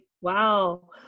wow